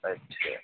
اچھا